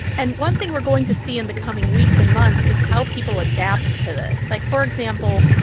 and one thing we're going to see in the coming weeks and months is how people adapt to this. like, for example,